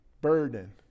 burden